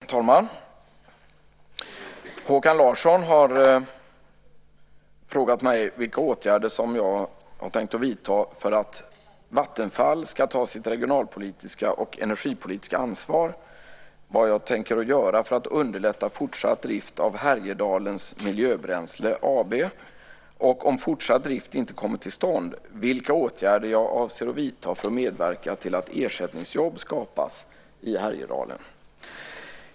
Herr talman! Håkan Larsson har frågat mig vilka åtgärder jag tänker vidta för att Vattenfall AB ska ta sitt regionalpolitiska och energipolitiska ansvar, vad jag tänker göra för att underlätta fortsatt drift av Härjedalens Miljöbränsle AB, HMAB, och, om fortsatt drift inte kommer till stånd, vilka åtgärder jag avser att vidta för att medverka till att ersättningsjobb skapas i Härjedalen.